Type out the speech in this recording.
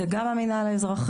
מדובר גם על המנהל האזרחי,